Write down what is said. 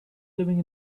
living